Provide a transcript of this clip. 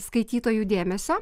skaitytojų dėmesio